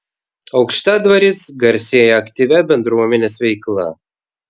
aukštadvaris garsėja aktyvia bendruomenės veikla